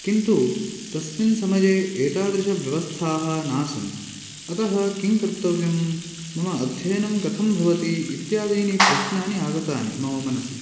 किन्तु तस्मिन् समये एतादृशव्यवस्थाः नासन् अतः किं कर्तव्यम् मम अध्ययनं कथं भवति इत्यादीनि प्रश्नानि आगतानि मम मनसि